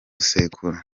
sekuru